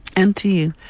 and to you.